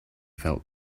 felt